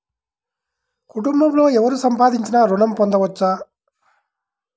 కుటుంబంలో ఎవరు సంపాదించినా ఋణం పొందవచ్చా?